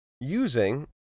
Using